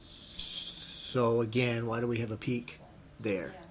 so again why do we have a peak there